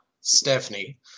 Stephanie